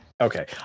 okay